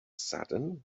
sudden